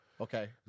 Okay